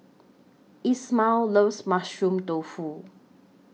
Ishmael loves Mushroom Tofu